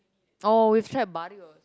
oh we've tried Barios